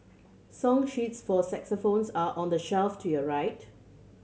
song sheets for xylophones are on the shelf to your right